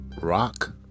Rock